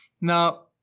Now